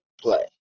play